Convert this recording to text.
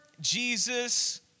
Jesus